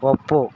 ಒಪ್ಪು